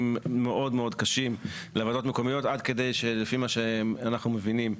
מאוד קשים לוועדות מקומיות עד כדי שלפי מה שאנחנו מבינים,